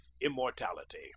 immortality